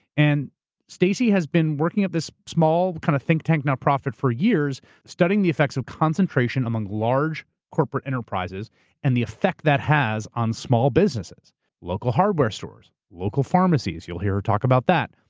and stacy has been working at this small, kind of think tank non-profit for years, studying the effects of concentration among large corporate enterprises and the affect that has on small businesses local hardware stores, local pharmacies. you'll hear her talk about that.